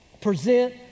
present